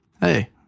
Hey